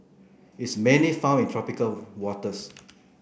it's mainly found in tropical waters